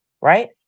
Right